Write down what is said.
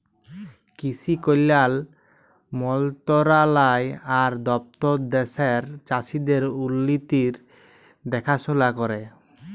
কিসি কল্যাল মলতরালায় আর দপ্তর দ্যাশের চাষীদের উল্লতির দেখাশোলা ক্যরে